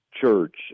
church